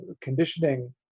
conditioning